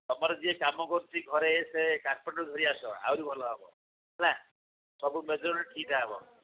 ତୁମର ଯିଏ କାମ କରୁଛି ଘରେ ସେ କାର୍ପେଣ୍ଟର୍କୁ ଧରିକି ଆସ ଆହୁରି ଭଲ ହେବ ହେଲା ସବୁ ମେଜରମେଣ୍ଟ୍ ହେବ